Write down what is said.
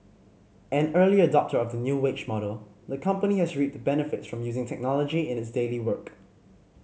an early adopter of the new wage model the company has reaped benefits from using technology in its daily work